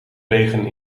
regen